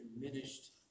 diminished